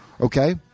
Okay